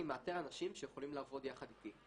מאתר אנשים שיכולים לעבוד יחד איתי.